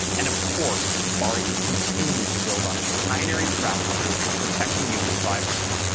and of course, safari is continuing to build on its pioneering track record of protecting user privacy.